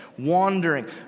wandering